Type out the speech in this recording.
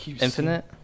Infinite